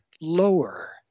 lower